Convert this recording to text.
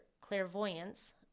clairvoyance